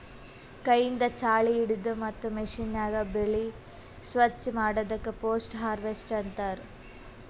ಕೈಯಿಂದ್ ಛಾಳಿ ಹಿಡದು ಮತ್ತ್ ಮಷೀನ್ಯಾಗ ಬೆಳಿ ಸ್ವಚ್ ಮಾಡದಕ್ ಪೋಸ್ಟ್ ಹಾರ್ವೆಸ್ಟ್ ಅಂತಾರ್